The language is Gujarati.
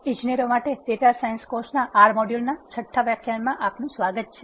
ઇજનેરો માટે ડેટા સાયન્સના કોર્સમાં R મોડ્યુલના 6 વ્યાખ્યાનમાં આપનું સ્વાગત છે